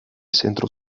centro